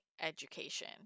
education